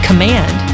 command